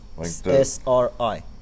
SRI